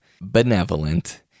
benevolent